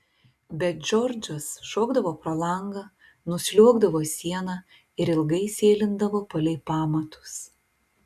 bet džordžas šokdavo pro langą nusliuogdavo siena ir ilgai sėlindavo palei pamatus